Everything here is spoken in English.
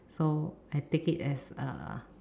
so I take it as uh